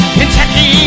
Kentucky